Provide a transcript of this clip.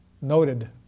noted